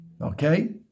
Okay